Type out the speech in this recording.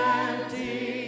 empty